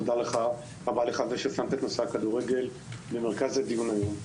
תודה רבה לך על כך ששמת את נושא הכדורגל במרכז הדיון היום.